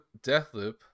Deathloop